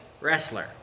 wrestler